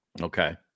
Okay